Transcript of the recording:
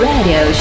Radio